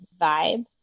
vibe